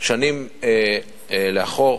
שנים לאחור.